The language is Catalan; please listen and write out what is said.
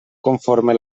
conforme